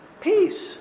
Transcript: Peace